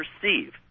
perceive